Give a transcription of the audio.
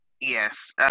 Yes